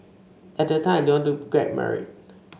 at that time I didn't want to get married